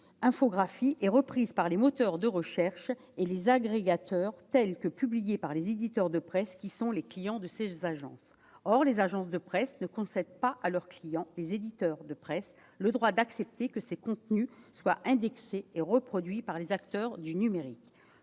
d'infographies, est reprise par les moteurs de recherche et les agrégateurs, tels qu'ils sont publiés par les éditeurs de presse qui sont les clients de ces agences. Or les agences de presse ne concèdent pas à leurs clients, les éditeurs de presse, le droit d'accepter que ces contenus soient indexés et reproduits par les acteurs du numérique.